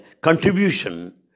contribution